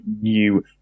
new